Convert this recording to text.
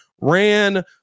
ran